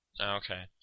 Okay